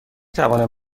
توانم